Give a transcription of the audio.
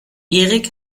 erik